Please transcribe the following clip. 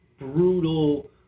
brutal